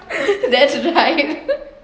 that's right